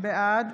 בעד